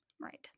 Right